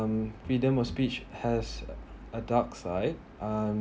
um freedom of speech has a dark side um